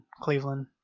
Cleveland